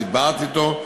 דיברתי אתו,